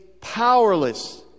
powerless